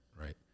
right